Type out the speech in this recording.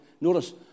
Notice